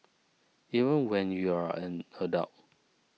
even when you're an adult